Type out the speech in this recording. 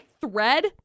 thread